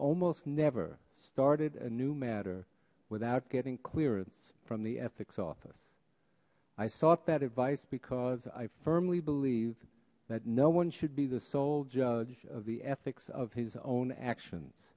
almost never started a new matter without getting clearance from the ethics office i saw that advice because i firmly believe that no one should be the sole judge of the ethics of his own actions